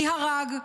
מי הרג,